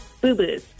Boo-boos